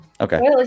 Okay